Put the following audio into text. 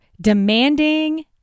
demanding